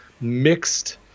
mixed